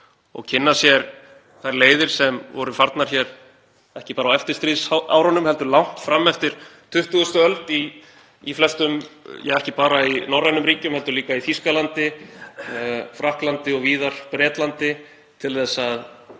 og kynna sér þær leiðir sem voru farnar hér, ekki bara á eftirstríðsárunum heldur langt fram eftir 20. öld í flestum ríkjum, ekki bara í norrænum ríkjum, heldur líka í Þýskalandi, Frakklandi, Bretlandi og víðar,